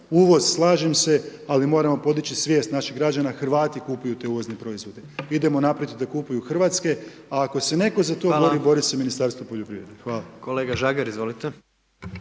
Uvoz slažem se ali moramo podići svijest naših građana, Hrvati kupuju te uvozne proizvode, idemo naprijed da kupuju hrvatske, a ako se netko za to bori, bori se Ministarstvo poljoprivrede. **Jandroković, Gordan